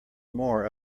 more